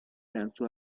lanzó